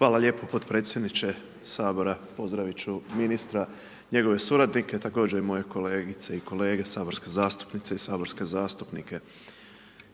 Hvala lijepo potpredsjedniče Sabora, pozdraviti ću ministra, njegove suradnike, također i moje kolegice i kolege saborske zastupnice i saborske zastupnike.